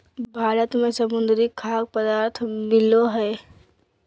भारत में समुद्री खाद्य पदार्थ मिलो हइ